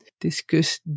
discuss